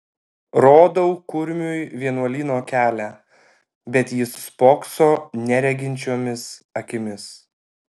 rodau kurmiui vienuolyno kelią bet jis spokso nereginčiomis akimis